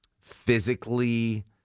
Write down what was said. physically